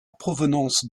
provenance